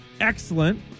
excellent